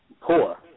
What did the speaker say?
poor